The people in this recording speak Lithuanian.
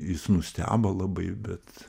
jis nustebo labai bet